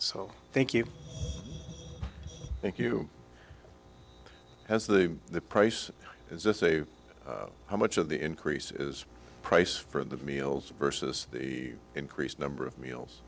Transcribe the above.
so thank you thank you as the the price is this a how much of the increase is price for the meals versus the increased number of